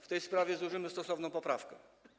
W tej sprawie złożymy stosowną poprawkę.